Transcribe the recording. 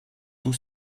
tous